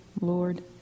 Lord